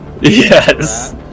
Yes